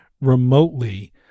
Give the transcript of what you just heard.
remotely